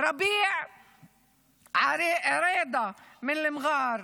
רביע ערידי ממג'אר,